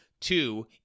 Two